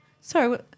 Sorry